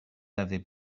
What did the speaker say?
avez